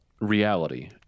reality